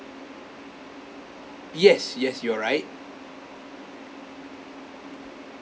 yes yes you are right